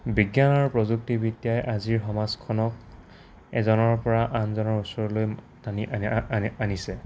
বিজ্ঞান আৰু প্ৰযুক্তিবিদ্যাই আজিৰ সমাজখনক এজনৰপৰা আনজনৰ ওচৰলৈ টানি আনি আনিছে